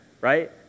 right